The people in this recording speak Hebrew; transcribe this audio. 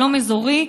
שלום אזורי,